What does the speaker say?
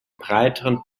breiteren